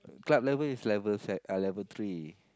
club level is level se~ uh level three